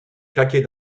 claquer